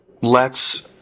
Lex